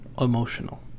emotional